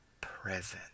present